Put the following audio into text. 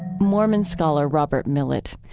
mormon scholar robert millet.